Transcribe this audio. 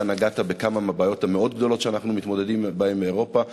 אתה נגעת בכמה מהבעיות המאוד-גדולות שאנחנו מתמודדים עמן באירופה.